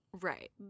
Right